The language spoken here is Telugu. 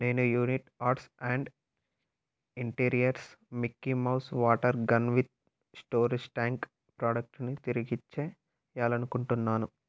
నేను unique arts and interiors Mickey Mouse water gun with storage tank ప్రాడక్ట్ని తిరిగి ఇచ్చెయ్యాలని అనుకుంటున్నాను